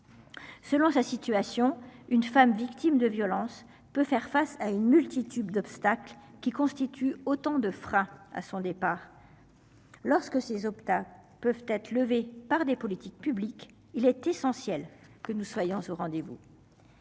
Selon sa situation une femme victime de violences peut faire face à une multitude d'obstacles qui constituent autant de freins à son départ. Lorsque ces Opta peuvent être levées par des politiques publiques. Il est essentiel que nous soyons au rendez-vous.